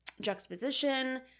juxtaposition